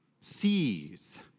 sees